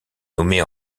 nommée